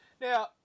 Now